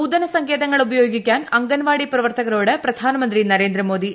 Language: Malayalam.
നൂതന സങ്കേതങ്ങൾ ഉപയോഗിക്കാൻ അംഗൻവാടി പ്രവർത്തകരോട് പ്രധാനമന്ത്രി നരേന്ദ്രമോദി